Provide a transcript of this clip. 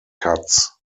cuts